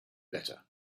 better